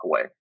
away